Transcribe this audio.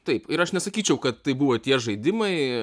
taip ir aš nesakyčiau kad tai buvo tie žaidimai